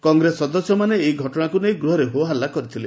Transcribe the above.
କଂଗ୍ରେସ ସଦସ୍ୟମାନେ ଏହି ଘଟଣାକୁ ନେଇ ଗୃହରେ ହୋ ହଲ୍ଲୁ କରିଥିଲେ